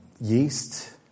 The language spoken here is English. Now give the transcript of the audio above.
yeast